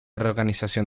reorganización